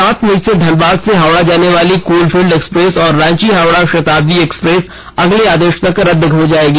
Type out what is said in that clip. सात मई से धनबाद से हावड़ा जानेवाली कोलफील्ड एक्सप्रेस और रांची हावड़ा शताब्दी एक्सप्रेस अगले आदेश तक रद हो जाएगी